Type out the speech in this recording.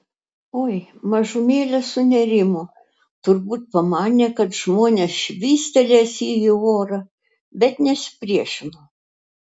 oi mažumėlę sunerimo turbūt pamanė kad žmonės švystelės jį į orą bet nesipriešino